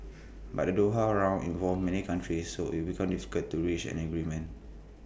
but the Doha round involves many countries so IT becomes difficult to reach an agreement